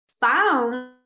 found